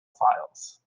files